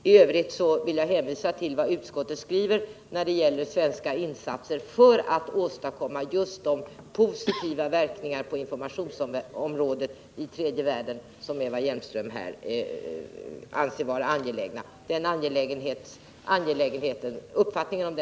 I övrigt vill jag hänvisa till utskottets skrivning när det gäller svenska insatser för att åstadkomma just de positiva verkningar på informationsområdet i tredje världen som Eva Hjelmström anser vara angelägna. Uppfattningen om den angelägenheten delas också av utrikesutskottet.